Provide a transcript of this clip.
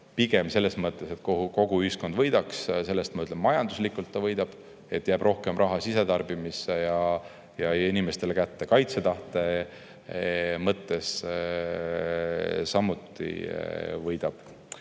pigem selles mõttes, et kogu ühiskond sellest võidaks. Ma ütlen, majanduslikult ta võidab, sest jääb rohkem raha sisetarbimisse ja inimestele kätte. Kaitsetahte mõttes samuti võidab.